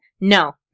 No